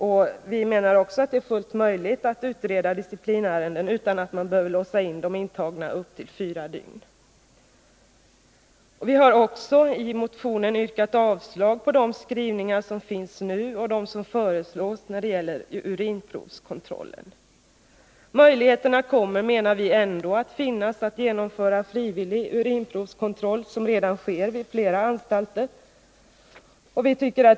Det är också enligt vår mening fullt möjligt att utreda disciplinärenden utan att man behöver låsa in de intagna i upp till fyra dygn. Vi har också i motionen yrkat avslag på de skrivningar som nu finns och de som föreslås när det gäller urinprovskontrollen. Möjligheterna att genomföra frivillig urinprovskontroll kommer, menar vi, ändå att finnas, vilket redan sker vid flera anstalter.